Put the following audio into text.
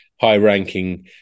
high-ranking